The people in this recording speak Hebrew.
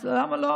אז למה לא?